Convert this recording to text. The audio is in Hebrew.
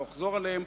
לא אחזור עליהם,